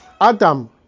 Adam